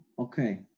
Okay